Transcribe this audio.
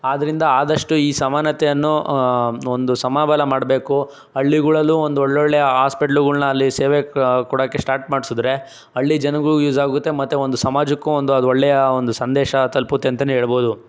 ಆದ್ದರಿಂದ ಆದಷ್ಟು ಈ ಸಮಾನತೆಯನ್ನು ಒಂದು ಸಮಬಲ ಮಾಡಬೇಕು ಹಳ್ಳಿಗಳಲ್ಲೂ ಒಂದು ಒಳ್ಳೊಳ್ಳೆ ಹಾಸ್ಪಿಟ್ಲುಗಳನ್ನ ಅಲ್ಲಿ ಸೇವೆ ಕೊಡೋಕೆ ಸ್ಟಾರ್ಟ್ ಮಾಡಿಸಿದ್ರೆ ಹಳ್ಳಿ ಜನಗಳಿಗೆ ಯೂಸ್ ಆಗುತ್ತೆ ಮತ್ತೆ ಒಂದು ಸಮಾಜಕ್ಕೂ ಒಂದು ಅದು ಒಳ್ಳೆಯ ಒಂದು ಸಂದೇಶ ತಲುಪುತ್ತೆ ಅಂತಲೇ ಹೇಳ್ಬೋದು